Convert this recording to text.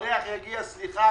הריח יגיע סליחה,